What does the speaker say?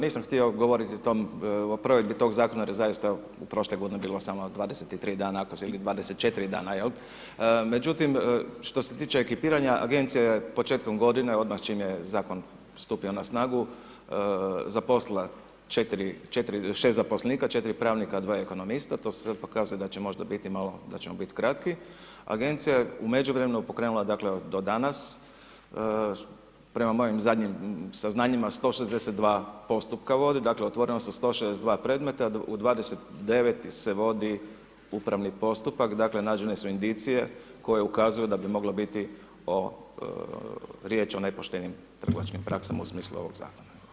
Nisam htio govoriti o provedbi tog zakona jer je zaista u prošloj godini bilo samo 23 dana ili 24 dana, jel, međutim, što se tiče ekipiranja agencija je početkom godine, odmah čim je zakon stupio na snagu, zaposlila 6 zaposlenika, 4 pravnika, 2 ekonomiste, to se sad pokazuje da ćemo možda biti kratki, agencija je u međuvremenu pokrenula dakle do danas prema mojim zadnjim saznanjima 162 postupka, dakle otvorilo se 162 predmeta, u 29 ih se vodi upravni postupak, dakle nađene su indicije koje ukazuju da bi moglo biti riječ o nepoštenim trgovačkim praksama u smislu ovog zakona.